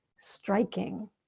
striking